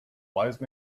wise